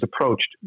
approached